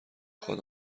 خواد